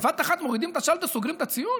בבת אחת מורידים את השלטר וסוגרים את הציון?